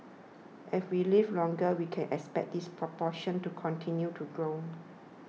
as we live longer we can expect this proportion to continue to grow